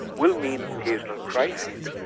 will mean occasional crises.